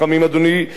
הנציגים שלך,